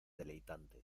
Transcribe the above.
deleitante